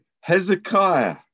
Hezekiah